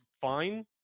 fine